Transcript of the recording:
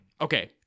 Okay